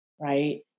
right